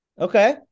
Okay